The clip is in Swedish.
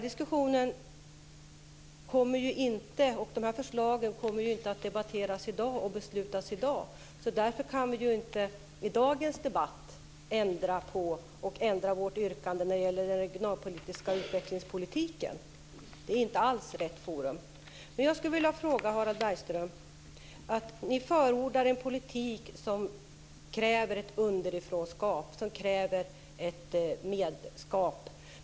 De här förslagen kommer ju inte att debatteras och beslutas om i dag, och därför kan vi inte i dagens debatt ändra vårt yrkande när det gäller den regionala utvecklingspolitiken. Det är inte alls rätt forum. Jag skulle vilja ställa en fråga till Harald Bergström. Ni förordar en politik som kräver underifrånskap och delaktighet.